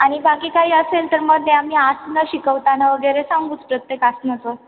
आणि बाकी काही असेल तर मध्ये आम्ही आसनं शिकवताना वगैरे सांगूच प्रत्येक आसनाचं